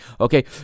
Okay